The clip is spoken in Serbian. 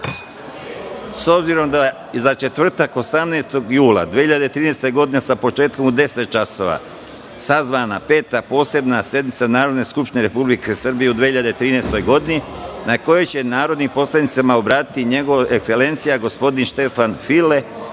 s obzirom da je za četvrtak 18. jula 2013. godine, sa početkom u 10,00 časova sazvana Peta posebna sednica Narodne skupštine Republike Srbije u 2013. godini, na kojoj će se narodnim poslanicima obratiti njegova ekselencija gospodin Štefan File,